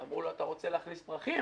אמרו לו: "אתה רוצה להכניס פרחים?